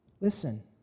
Listen